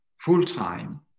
full-time